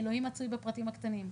אלוהים מצוי בפרטים הקטנים,